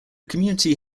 community